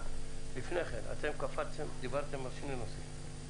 לפני כן, אתם דיברתם על שני נושאים.